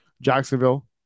Jacksonville